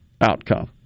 outcome